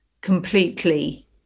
completely